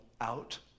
out